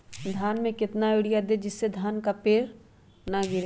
धान में कितना यूरिया दे जिससे धान का पेड़ ना गिरे?